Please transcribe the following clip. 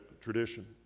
tradition